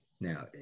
Now